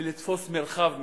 ולתפוס מרחב מסוים,